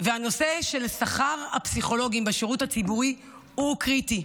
והנושא של שכר הפסיכולוגים בשירות הציבורי הוא קריטי.